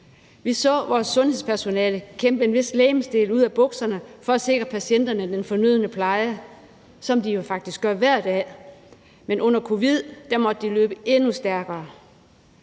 Vi så vores sundhedspersonale kæmpe en vis legemsdel ud af bukserne for at sikre patienterne den fornødne pleje, hvilket de jo faktisk gør hver dag, men under covid måtte de løbe endnu stærkere.